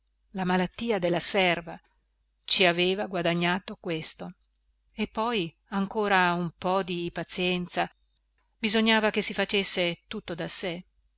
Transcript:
la malattia della serva ci aveva guadagnato questo e poi ancora un po di pazienza bisognava che si facesse tutto da sé